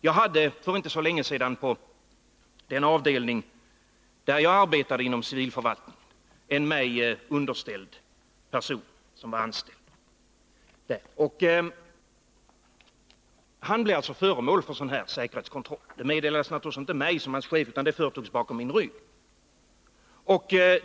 Jag hade för inte så länge sedan på den avdelning inom civilförvaltningen där jag arbetade en mig underställd person som var anställd. Han blev föremål för en sådan här säkerhetskontroll. Det meddelades naturligtvis inte mig som hans chef, utan det gjordes bakom min rygg.